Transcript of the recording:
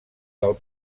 del